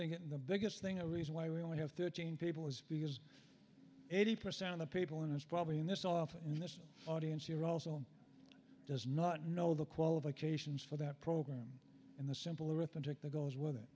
think in the biggest thing a reason why we only have thirteen people is because eighty percent of the people in is probably in this office in this audience here also does not know the qualifications for that program in the simple arithmetic that goes with it